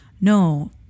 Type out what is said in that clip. no